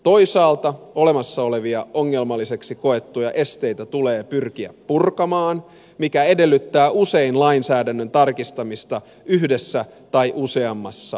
toisaalta olemassa olevia ongelmalliseksi koettuja esteitä tulee pyrkiä purkamaan mikä edellyttää usein lainsäädännön tarkistamista yhdessä tai useammassa maassa